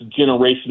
generational